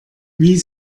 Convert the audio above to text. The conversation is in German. wie